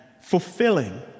fulfilling